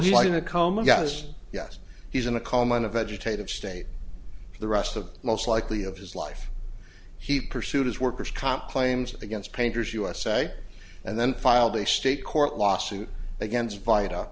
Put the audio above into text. he lived in a coma guy's yes he's in a coma in a vegetative state the rest of most likely of his life he pursued his worker's comp claims against painters usa and then filed a state court lawsuit against vita